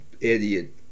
idiot